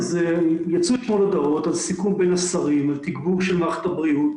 יצאו אתמול הודעות על סיכום בין השרים על תגבור של מערכת הבריאות